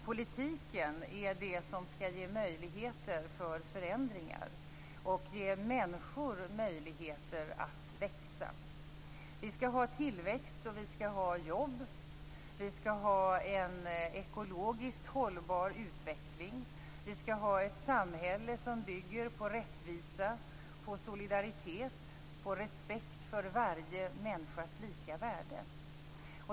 Politiken är det som skall ge möjligheter till förändringar och ge människor möjligheter att växa. Vi skall ha tillväxt, och vi skall ha jobb. Vi skall ha en ekologiskt hållbar utveckling. Vi skall ha ett samhälle som bygger på rättvisa, på solidaritet och på respekt för varje människas lika värde.